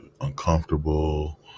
uncomfortable